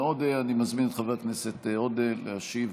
עודה אני מזמין את חבר הכנסת עודה להשיב.